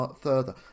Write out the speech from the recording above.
further